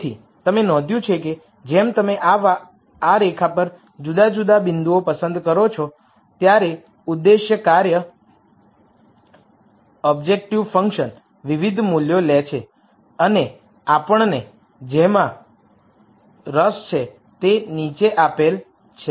તેથી તમે નોંધ્યું છે કે જેમ તમે આ રેખા પર જુદા જુદા બિંદુઓ પસંદ કરો છો ત્યારે ઉદ્દેશીય કાર્ય વિવિધ મૂલ્યો લે છે અને આપણને જેમાં રસ છે તે નીચે આપેલ છે